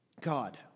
God